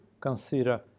consider